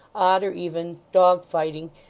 odd or even, dog-fighting,